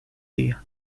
día